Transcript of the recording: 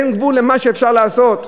אין גבול למה שאפשר לעשות.